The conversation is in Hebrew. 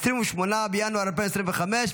28 בינואר 2025,